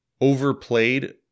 overplayed